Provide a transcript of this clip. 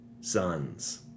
sons